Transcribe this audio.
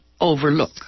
overlook